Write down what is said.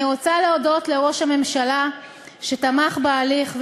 אני רוצה להודות לראש הממשלה שתמך בהליך,